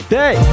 day